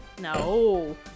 No